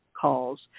calls